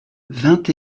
vingt